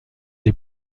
les